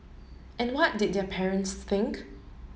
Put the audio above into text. and what did their parents think